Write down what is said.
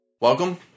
Welcome